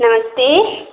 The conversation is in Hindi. नमस्ते